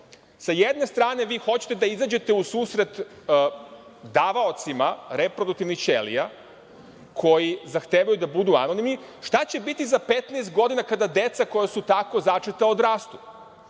sa jedne strane vi hoćete da izađete u susret davaocima reproduktivnih ćelija koji zahtevaju da budu anonimni, šta će biti za 15 godina kada deca koja su tako začeta odrastu?